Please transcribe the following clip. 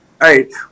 right